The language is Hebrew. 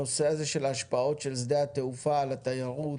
נושא ההשפעות של שדה התעופה על התיירות